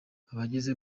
abageze